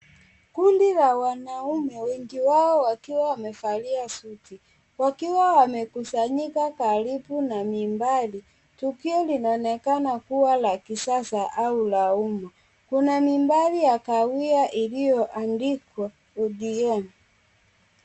Kundi la wanaume wengi wao wakiwa wamevalia suti, wakiwa wamekusanyika karibu na mimbari. Tukio linaonekana kuwa la kisasa au la humu. Kuna mimbari ya kahawia iliyoandikwa ODM.